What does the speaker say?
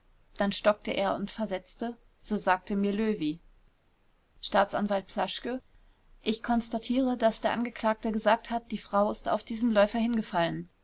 dann stockte er und versetzte so sagte mir löwy staatsanw plaschke ich konstatiere daß der angeklagte gesagt hat die frau ist auf diesen läufer gefallen